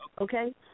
Okay